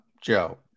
Joe